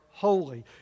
holy